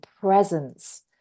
presence